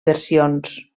versions